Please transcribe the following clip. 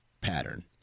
pattern